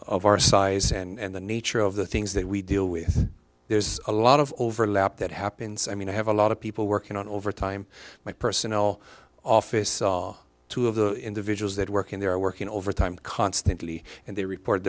of our size and the nature of the things that we deal with there's a lot of overlap that happens i mean i have a lot of people working on overtime my personnel office saw two of the individuals that work in there are working overtime constantly and they repor